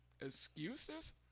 excuses